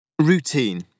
Routine